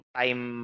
time